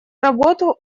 работу